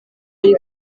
ari